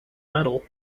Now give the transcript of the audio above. metal